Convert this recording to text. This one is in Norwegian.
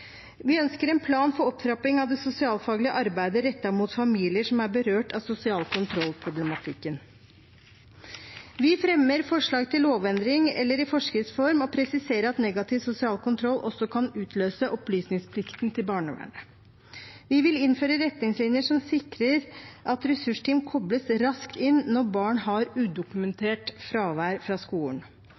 Vi ønsker en plan for opptrapping av det sosialfaglige arbeidet rettet mot familier som er berørt av sosial kontroll-problematikken. Vi fremmer forslag til lovendring eller i forskrifts form presiserer at negativ sosial kontroll også kan utløse opplysningsplikten til barnevernet. Vi vil innføre retningslinjer som sikrer at ressursteam kobles raskt inn når barn har udokumentert fravær fra skolen.